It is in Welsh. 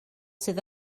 sydd